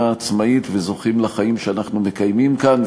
העצמאית וזוכים לחיים שאנחנו מקיימים כאן,